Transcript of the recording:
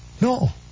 No